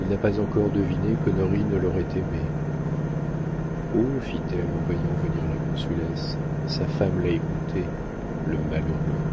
il n'a pas encore deviné qu'honorine l'aurait aimé oh fit-elle en voyant venir la consulesse sa femme l'a écouté le malheureux